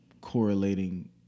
correlating